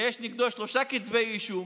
שיש נגדו שלושה כתבי אישום,